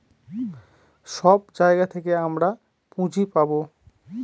সব জায়গা থেকে আমরা পুঁজি পাবো